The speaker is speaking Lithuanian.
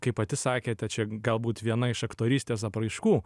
kaip pati sakėte čia galbūt viena iš aktorystės apraiškų